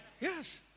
Yes